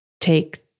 take